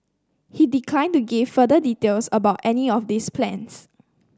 he declined to give further details about any of these plans